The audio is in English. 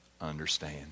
understand